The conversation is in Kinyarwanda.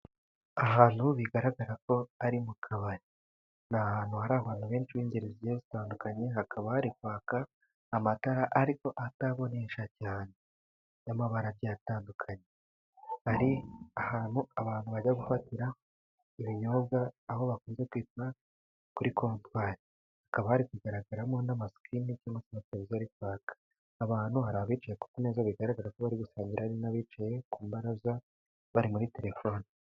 Ahantu bigaragara ko ari mu kabari, n'ahantu hari abantu benshi b'ingeri zigiye zitandukanye hakaba hari kwaka amatara ariko atabonesha cyane y'amabara byatandukanye hari ahantu abantu bajya gufatira ibinyobwa aho bakunze kwita kuri kotwari, hakaba hari kugaragaramo n'amasikirini garikwaka, abantu hari abicaye ku meza bigaragara ko bari gusangira, hari n'abicaye ku mbaraza bari muri telefoni.